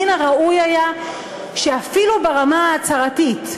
מן הראוי היה שאפילו ברמה ההצהרתית,